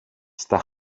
στα